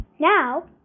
Now